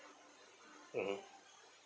mmhmm